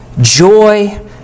joy